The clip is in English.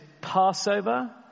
Passover